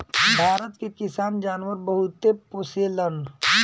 भारत के किसान जानवर बहुते पोसेलन